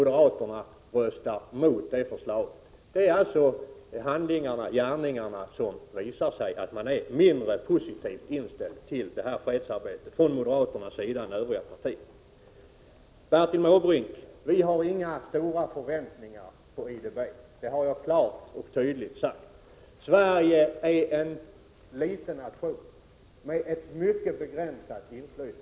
Moderaterna röstar mot det förslaget. Moderaterna visar alltså med sina gärningar att de är mindre positivt inställda till fredsarbetet än övriga partier. Vi har inga stora förväntningar på IDB, Bertil Måbrink. Det har jag klart och tydligt sagt. Sverige är en liten nation med ett mycket begränsat inflytande.